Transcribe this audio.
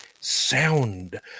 sound